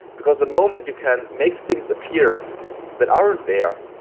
because the moment you can make things appear that aren't there,